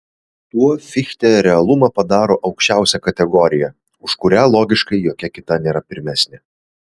tuo fichte realumą padaro aukščiausia kategorija už kurią logiškai jokia kita nėra pirmesnė